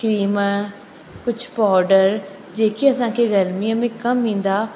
cream कुझु powder जेके असांखे गर्मीअ में कमु ईंदा